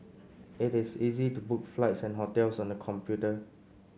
it is easy to book flights and hotels on the computer